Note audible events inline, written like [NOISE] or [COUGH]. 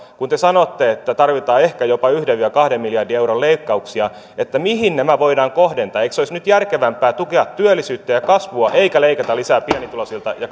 kun te sanotte että tarvitaan ehkä jopa yhden viiva kahden miljardin euron leikkauksia mihin nämä voidaan kohdentaa eikö olisi nyt järkevämpää tukea työllisyyttä ja kasvua eikä leikata lisää pienituloisilta ja [UNINTELLIGIBLE]